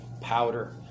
powder